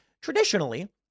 traditionally